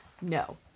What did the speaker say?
No